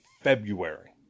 February